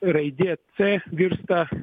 raidė c virsta